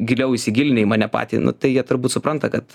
giliau įsigilinę į mane patį nu tai jie turbūt supranta kad